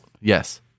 yes